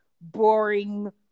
boring